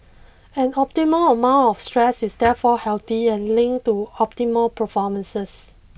an optimal amount of stress is therefore healthy and linked to optimal performance